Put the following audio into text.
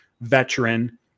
veteran